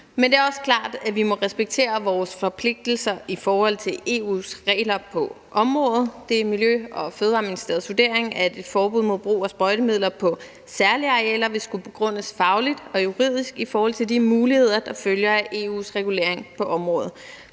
Men det er også klart, at vi må respektere vores forpligtelser i forhold til EU's regler på området. Det er Miljø- og Fødevareministeriets vurdering, at et forbud mod brug af sprøjtemidler på særlige arealer vil skulle begrundes fagligt og juridisk i forhold til de muligheder, der følger af EU's regulering på området,